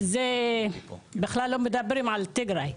זה בכלל לא מדברים על טיגריי.